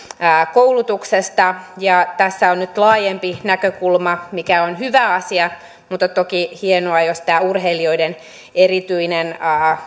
koulutuksesta ja tässä on nyt laajempi näkökulma mikä on hyvä asia mutta on toki hienoa jos tämä urheilijoiden erityinen